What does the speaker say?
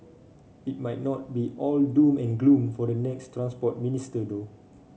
it might not be all doom and gloom for the next Transport Minister though